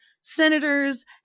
senators